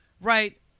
right